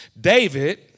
David